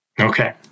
Okay